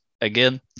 Again